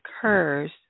occurs